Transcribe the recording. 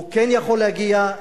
הוא כן יכול להגיע,